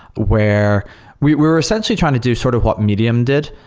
where we're we're essentially trying to do sort of what medium did.